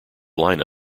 line